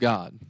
God